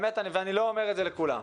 ואני לא אומר את זה לכולם,